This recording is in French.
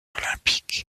olympiques